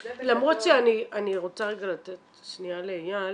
זה בגדול -- אני רוצה לתת שנייה לאייל